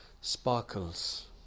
sparkles